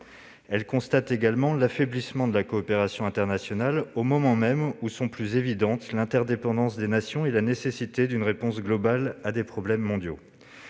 Elle constate également l'affaiblissement de la coopération internationale, au moment même où sont plus évidentes l'interdépendance des nations et la nécessité d'une réponse globale à des problèmes mondiaux.